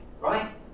Right